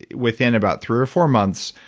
within about three or four months,